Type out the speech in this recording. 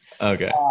okay